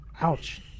Ouch